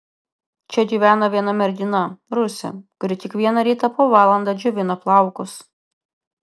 čia gyvena viena mergina rusė kuri kiekvieną rytą po valandą džiovina plaukus